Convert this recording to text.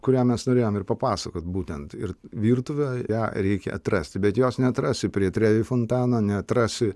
kurią mes norėjom ir papasakot būtent ir virtuvė ją reikia atrasti bet jos neatrasi prie trevi fontano neatrasi